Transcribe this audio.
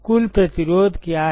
कुल प्रतिरोध क्या है